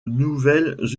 nouvelles